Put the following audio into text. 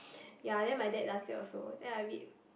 ya then my dad does that also then I a bit